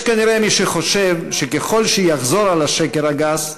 יש כנראה מי שחושב שככל שיחזור על השקר הגס,